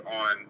on